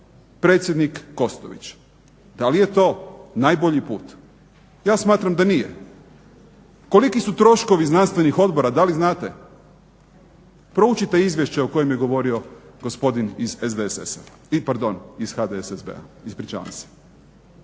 Predsjednik Kostović. Da li je to najbolji put? Ja smatram da nije. Koliki su troškovi znanstvenih odbora da li znate? Proučite izvješće o kojem je govorio gospodin iz HDSSB-a. Dakle